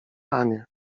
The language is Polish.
anię